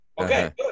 Okay